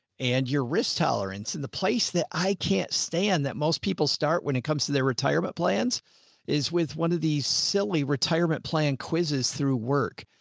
and your risk tolerance and the place that i can't stand that most people start when it comes to their retirement plans is with one of these silly retirement plan quizzes through work.